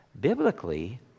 biblically